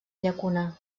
llacuna